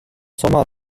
sommer